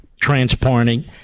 transporting